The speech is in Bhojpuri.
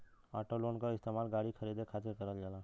ऑटो लोन क इस्तेमाल गाड़ी खरीदे खातिर करल जाला